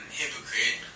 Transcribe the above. hypocrite